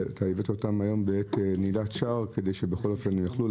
אתה הבאת אותן היום בעת נעילת שער כדי שבכל אופן הם יוכלו,